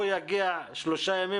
הוא יגיע שלושה ימים.